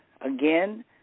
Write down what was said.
again